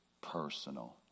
personal